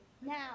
Now